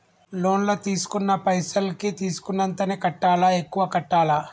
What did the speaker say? Loan లా తీస్కున్న పైసల్ కి తీస్కున్నంతనే కట్టాలా? ఎక్కువ కట్టాలా?